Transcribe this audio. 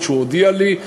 אף שהוא הודיע לי,